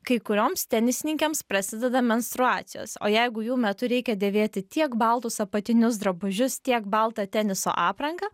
kai kurioms tenisininkėms prasideda menstruacijos o jeigu jų metu reikia dėvėti tiek baltus apatinius drabužius tiek baltą teniso aprangą